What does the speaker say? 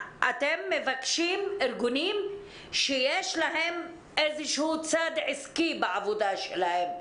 אתם מבקשים ארגונים שיש להם איזשהו צד עסקי בעבודה שלהם.